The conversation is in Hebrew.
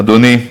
אדוני,